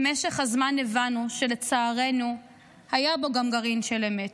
במשך הזמן הבנו שלצערנו היה בו גם גרעין של אמת.